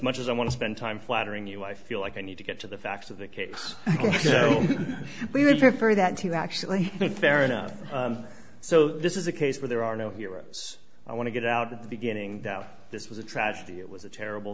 much as i want to spend time flattering you i feel like i need to get to the facts of the cakes so we would prefer that to actually fair enough so this is a case where there are no heroes i want to get out at the beginning that this was a tragedy it was a terrible